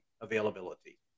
availability